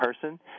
person